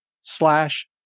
slash